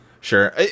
Sure